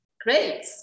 Great